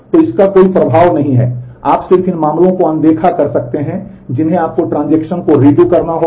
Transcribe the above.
तो इसका कोई प्रभाव नहीं है आप सिर्फ इन मामलों को अनदेखा कर सकते हैं जिन्हें आपको ट्रांजेक्शन करना होगा